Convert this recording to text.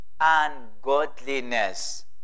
ungodliness